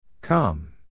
come